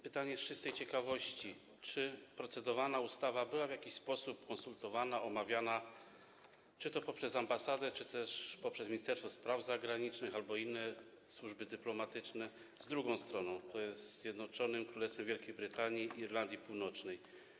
Pytam z czystej ciekawości: Czy procedowana ustawa była w jakiś sposób konsultowana, omawiana, czy to poprzez ambasadę, czy też poprzez Ministerstwo Spraw Zagranicznych albo inne służby dyplomatyczne, z drugą stroną, ze Zjednoczonym Królestwem Wielkiej Brytanii i Irlandii Północnej?